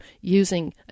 using